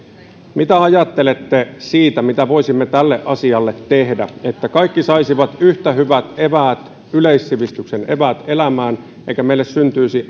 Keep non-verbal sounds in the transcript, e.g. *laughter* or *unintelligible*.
mitä ajattelette siitä mitä voisimme tälle asialle tehdä että kaikki saisivat yhtä hyvät eväät yleissivistyksen eväät elämään eikä meille syntyisi *unintelligible*